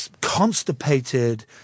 constipated